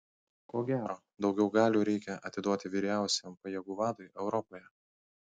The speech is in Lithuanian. ko gero daugiau galių reikia atiduoti vyriausiajam pajėgų vadui europoje